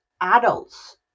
adults